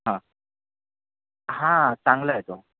हां हां चांगला आहे तो